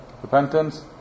Repentance